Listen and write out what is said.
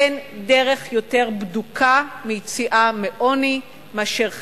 אין דרך יותר בדוקה ליציאה מעוני מאשר חינוך,